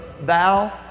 thou